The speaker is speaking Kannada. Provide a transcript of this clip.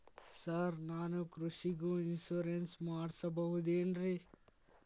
ಸರ್ ನಾನು ಕೃಷಿಗೂ ಇನ್ಶೂರೆನ್ಸ್ ಮಾಡಸಬಹುದೇನ್ರಿ?